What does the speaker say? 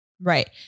Right